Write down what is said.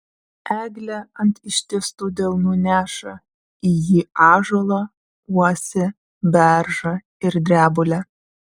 eglė ant ištiestų delnų neša į jį ąžuolą uosį beržą ir drebulę